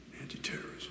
Anti-terrorism